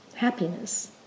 happiness